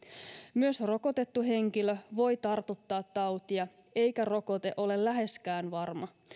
myös rokotettu henkilö voi tartuttaa tautia eikä rokote ole läheskään varma